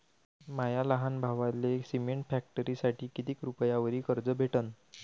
माया लहान भावाले सिमेंट फॅक्टरीसाठी कितीक रुपयावरी कर्ज भेटनं?